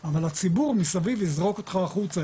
הציבור מסביב יזרוק אותך החוצה,